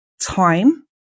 time